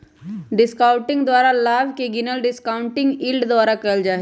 discounting द्वारा लाभ के गिनल डिस्काउंटिंग यील्ड द्वारा कएल जाइ छइ